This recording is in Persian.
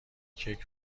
کیک